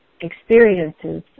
experiences